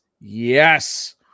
yes